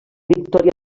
victòria